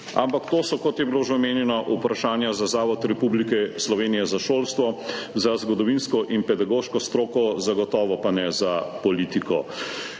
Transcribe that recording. Ampak to so, kot je bilo že omenjeno, vprašanja za Zavod Republike Slovenije za šolstvo, za zgodovinsko in pedagoško stroko, zagotovo pa ne za politiko.